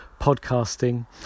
podcasting